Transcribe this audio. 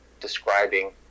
describing